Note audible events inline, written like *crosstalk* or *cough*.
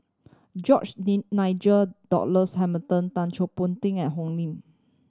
George *unintelligible* Nigel Douglas Hamilton Chua Thian Poh Ting and Oi Lin